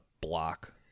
block